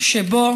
שבו